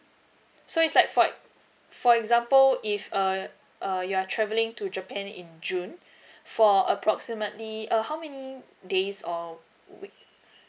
so it's like for ex~ for example if err err you are travelling to japan in june for approximately uh how many days or week